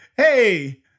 Hey